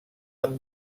amb